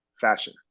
fashion